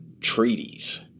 treaties